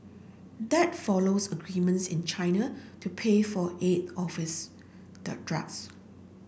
that follows agreements in China to pay for eight of its the drugs